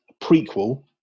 prequel